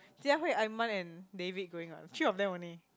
Jie-Hui Imran and David going what three of them only